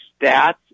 stats